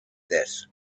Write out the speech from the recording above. this